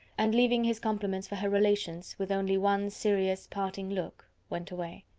and leaving his compliments for her relations, with only one serious, parting look, went away.